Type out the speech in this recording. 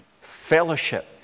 Fellowship